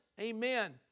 amen